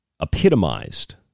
epitomized